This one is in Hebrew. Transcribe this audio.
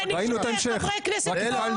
בניגוד לחברי כנסת פה,